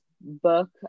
book